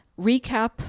recap